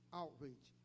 outreach